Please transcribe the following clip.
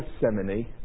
Gethsemane